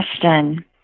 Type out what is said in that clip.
question